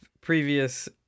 previous